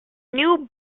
new